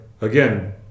again